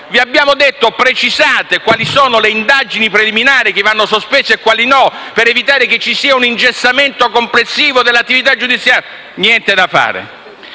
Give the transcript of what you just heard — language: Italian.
Vi abbiamo detto: precisate quali sono le indagini preliminari che vanno sospese e quali no, per evitare che ci sia un'ingessatura complessiva dell'attività giudiziaria. Niente da fare.